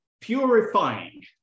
purifying